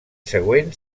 següent